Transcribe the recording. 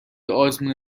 آزمون